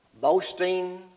boasting